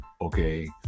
okay